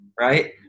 right